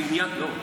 אה, לא?